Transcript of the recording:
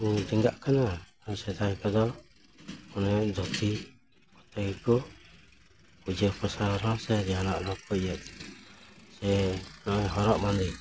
ᱰᱮᱸᱜᱟᱜ ᱠᱟᱱᱟ ᱥᱮᱫᱟᱭ ᱠᱚᱫᱚ ᱚᱱᱮ ᱫᱷᱩᱛᱤ ᱛᱮᱜᱮ ᱠᱚ ᱯᱩᱡᱟᱹ ᱯᱟᱥᱟ ᱥᱮ ᱡᱟᱦᱟᱱᱟᱜ ᱨᱮᱦᱚᱸ ᱠᱚ ᱤᱭᱟᱹᱜ ᱥᱮ ᱱᱚᱜᱼᱚᱭ ᱦᱚᱨᱚᱜ ᱵᱟᱸᱫᱮ